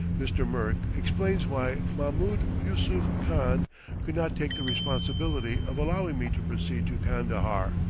mr. merk explains why mahmoud yusuph khan could not take the responsibility of allowing me to proceed to kandahar.